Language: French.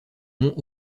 monts